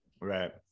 right